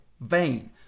vain